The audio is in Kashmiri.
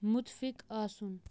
مُتفِق آسُن